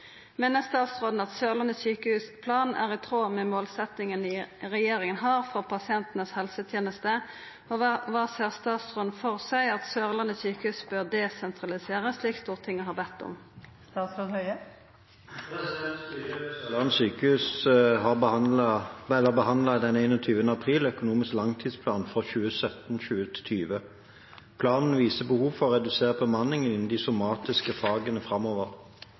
Mener statsråden at Sørlandet sykehus' plan er i tråd med målsettingene regjeringen har for pasientenes helsetjeneste, og hva ser statsråden for seg at Sørlandet sykehus bør desentralisere, slik Stortinget har bedt om?» Styret ved Sørlandet sykehus behandlet den 2l. april økonomisk langtidsplan for 2017–2020. Planen viser behov for redusert bemanning innen de somatiske fagene framover.